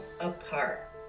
apart